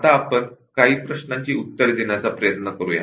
आता आपण काही प्रश्नांची उत्तरे देण्याचा प्रयत्न करूया